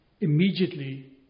immediately